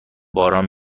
باران